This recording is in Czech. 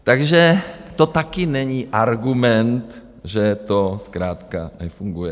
Takže to taky není argument, že to zkrátka nefunguje.